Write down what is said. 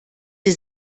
sie